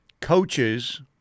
coaches